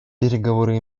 переговоры